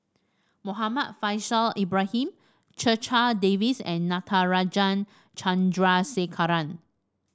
Muhammad Faishal Ibrahim Checha Davies and Natarajan Chandrasekaran